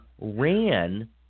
ran